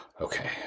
Okay